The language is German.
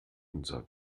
unser